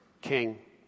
king